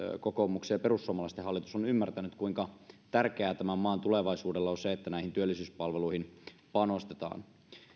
kokoomuksen ja perussuomalaisten hallitus on ymmärtänyt kuinka tärkeää tämän maan tulevaisuudelle on se että työllisyyspalveluihin panostetaan